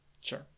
Sure